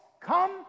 come